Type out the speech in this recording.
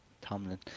Tomlin